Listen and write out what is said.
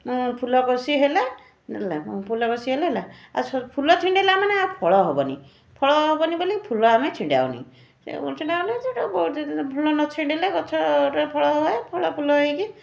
ମୁଁ ଫୁଲ କଷି ହେଲା ଫୁଲ କଷି ହେଲେ ହେଲା ଆଉ ଫୁଲ ଛିଣ୍ଡେଇଲା ମାନେ ଆଉ ଫଳ ହେବନି ଫଳ ହେବନି ବୋଲି ଫୁଲ ଆମେ ଛିଣ୍ଡାଉନି ଛିଣ୍ଡାଉନି ଯେ ଫୁଲ ନ ଛିଣ୍ଡେଇଲେ ଗଛରେ ଫଳ ହୁଏ ଫଳଫୁଲ ହେଇକି